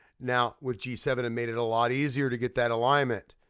now with g seven, it made it a lot easier to get that alignment,